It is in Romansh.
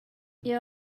jeu